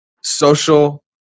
social